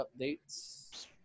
updates